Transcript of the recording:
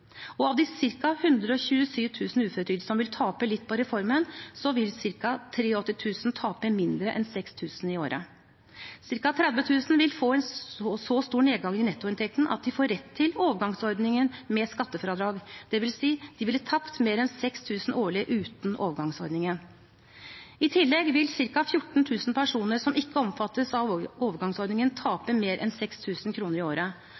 og av de ca. 127 000 uføretrygdede som vil tape litt på reformen, vil ca. 83 000 tape mindre enn 6 000 kr i året. Ca. 30 000 vil få en så stor nedgang i nettoinntekten at de får rett til overgangsordningen med skattefradrag, dvs. at de ville tapt mer enn 6 000 kr årlig uten overgangsordningen. I tillegg vil ca. 14 000 personer som ikke omfattes av overgangsordningen, tape mer enn 6 000 kr i året,